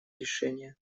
решения